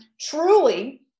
truly